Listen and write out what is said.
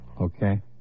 Okay